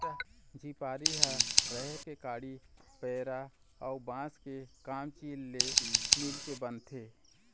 झिपारी ह राहेर के काड़ी, पेरा अउ बांस के कमचील ले मिलके बनथे